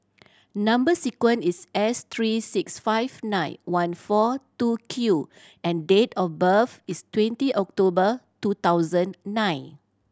number sequence is S three six five nine one four two Q and date of birth is twenty October two thousand nine